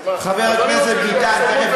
אני לא נכנס באינטרנט.